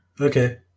Okay